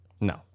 No